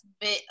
bit